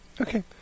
Okay